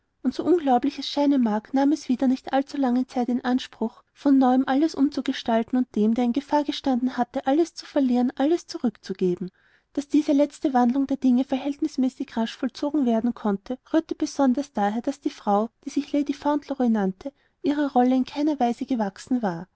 und so unglaublich es scheinen mag nahm es wieder nicht allzu lange zeit in anspruch von neuem alles umzugestalten und dem der in gefahr gestanden hatte alles zu verlieren alles zurückzugeben daß diese letzte wandlung der dinge verhältnismäßig rasch vollzogen werden konnte rührte besonders daher daß die frau die sich lady fauntleroy nannte ihrer rolle in keiner weise gewachsen war